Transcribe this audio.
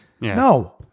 No